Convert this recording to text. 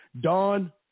Don